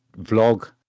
vlog